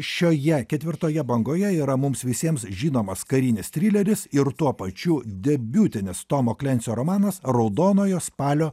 šioje ketvirtoje bangoje yra mums visiems žinomas karinis trileris ir tuo pačiu debiutinis tomo klensio romanas raudonojo spalio